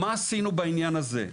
מה עשינו בעניין הזה?